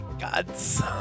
gods